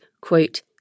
quote